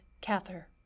Cather